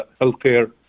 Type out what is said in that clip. healthcare